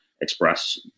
express